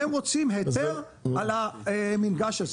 והם רוצים היתר על המינגש הזה.